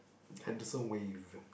Henderson-Wave